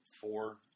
four